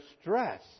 stress